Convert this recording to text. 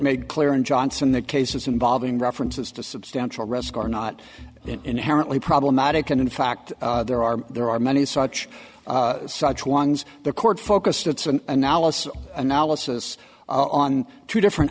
made clear in johnson that cases involving references to substantial risk are not inherently problematic and in fact there are there are many such such ones the court focused its an analysis analysis on two different